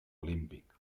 olímpic